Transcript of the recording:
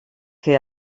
que